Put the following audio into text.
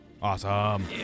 Awesome